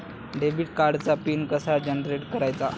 Debit कार्डचा pin कसा generate करायचा?